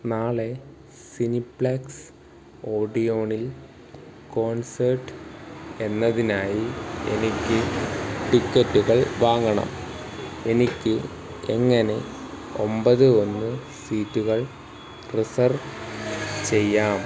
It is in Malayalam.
നാളെ സിനിപ്ലെക്സ് ഓഡിയോണിൽ കോൺസെർട്ട് എന്നതിനായി എനിക്ക് ടിക്കറ്റുകൾ വാങ്ങണം എനിക്ക് എങ്ങനെ ഒമ്പത് ഒന്ന് സീറ്റുകൾ റിസർവ് ചെയ്യാം